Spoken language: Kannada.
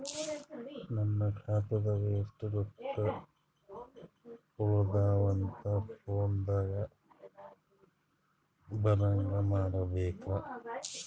ನನ್ನ ಖಾತಾದಾಗ ಎಷ್ಟ ರೊಕ್ಕ ಉಳದಾವ ಅಂತ ಫೋನ ದಾಗ ಬರಂಗ ಮಾಡ ಬೇಕ್ರಾ?